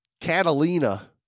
Catalina